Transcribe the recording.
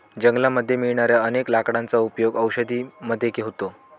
जंगलामध्ये मिळणाऱ्या अनेक लाकडांचा उपयोग औषधी मध्ये होतो